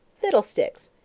fiddlesticks!